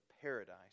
paradise